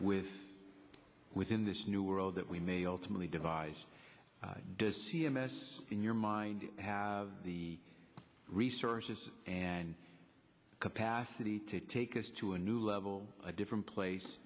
with within this new world that we may ultimately devise does c m s in your mind have the resources and capacity to take us to a new level a different place